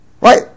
Right